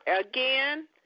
again